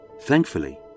Thankfully